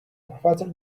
professor